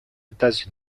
états